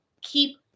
keep